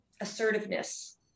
assertiveness